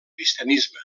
cristianisme